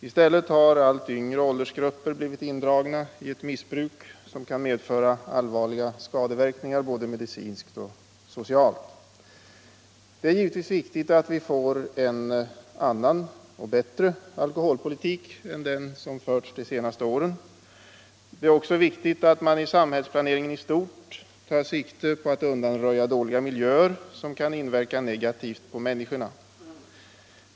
I stället har allt yngre åldersgrupper blivit indragna i ett missbruk som kan medföra allvarliga skadeverkningar både medicinskt och socialt. Det är givetvis viktigt att vi får en annan och bättre alkoholpolitik än den som förts de senaste åren. Det är också viktigt att man i samhällsplaneringen i stort tar sikte på att undanröja dåliga miljöer som kan inverka negativt på människorna.